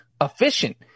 efficient